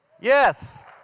Yes